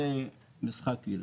זה משחק ילדים.